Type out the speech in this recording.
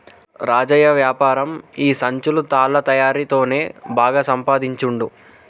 రాజయ్య వ్యాపారం ఈ సంచులు తాళ్ల తయారీ తోనే బాగా సంపాదించుండు